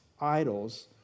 idols